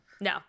No